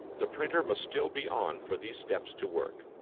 the printer must still be on for these steps to work.